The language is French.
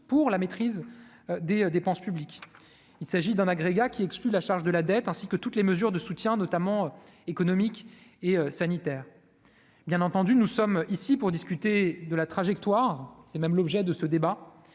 pour la maîtrise des dépenses publiques, il s'agit d'un agrégat qui exclut la charge de la dette, ainsi que toutes les mesures de soutien, notamment économique et sanitaire, bien entendu, nous sommes ici pour discuter de la trajectoire, c'est même l'objet de ce débat,